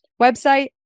website